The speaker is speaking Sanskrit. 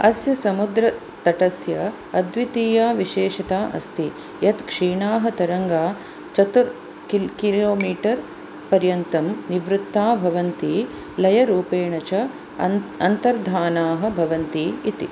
अस्य समुद्रतटस्य अद्वितीया विशेषता अस्ति यत् क्षीणाः तरङ्गाः चतुर् किल् किलोमीटर् पर्यन्तं निवृत्ताः भवन्ति लयरूपेण च अन्तर्धानाः भवन्ति इति